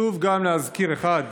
חשוב גם להזכיר אחד,